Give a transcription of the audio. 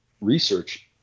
research